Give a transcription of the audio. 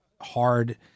hard